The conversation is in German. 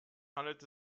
handelt